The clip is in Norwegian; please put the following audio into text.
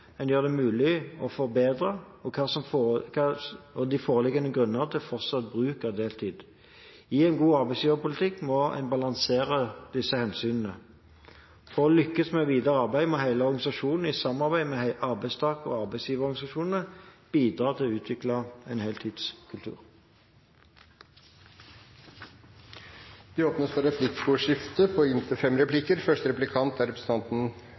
det er mulig å gjøre forbedringer, og hvor det foreligger gode grunner til fortsatt bruk av deltidsstillinger. I en god arbeidsgiverpolitikk må en balansere disse hensynene. For å lykkes med det videre arbeidet må hele organisasjonen, i samarbeid med arbeidstakerorganisasjonene og arbeidsgiverorganisasjonene, bidra til å utvikle en heltidskultur. Det åpnes for replikkordskifte.